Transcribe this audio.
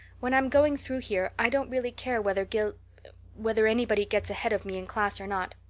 when i'm going through here i don't really care whether gil whether anybody gets ahead of me in class or not.